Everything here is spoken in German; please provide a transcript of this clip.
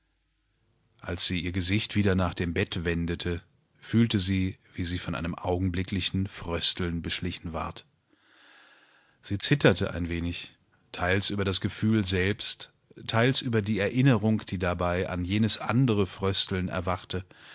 als sie ihr gesicht wieder nach dem bett wendete fühlte sie wie sie von einem augenblicklichenfröstelnbeschlichenward siezitterteeinwenig teilsüberdasgefühl selbst teils über die erinnerung die dabei an jenes andere frösteln erwachte